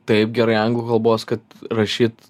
taip gerai anglų kalbos kad rašyt